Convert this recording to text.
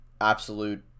absolute